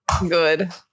Good